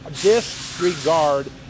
disregard